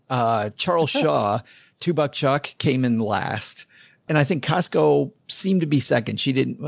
ah, charles shaw two buck, chuck came in last and i think costco seemed to be second. she didn't,